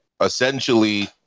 essentially